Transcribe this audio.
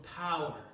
power